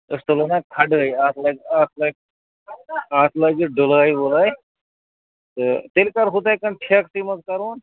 أسۍ تُلو نا کھَڑۂے اَتھ لَگہِ اَتھ لَگ اَتھ لَگہِ ڈُلٲے وُلٲے تہٕ تیٚلہِ کَر ہُتھٕے کَنۍ ٹھیکسٕے منٛز کَرون